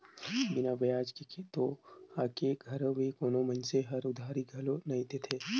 बिना बियाज के तो आयके घरी में कोनो मइनसे हर उधारी घलो नइ दे